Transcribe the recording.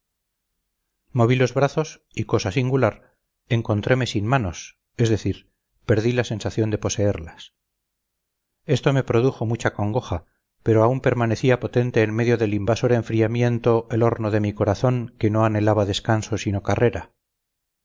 moví los brazos y cosa singular encontreme sin manos es decir perdí la sensación de poseerlas esto me produjo mucha congoja pero aún permanecía potente en medio del invasor enfriamiento el horno de mi corazón que no anhelaba descanso sino carrera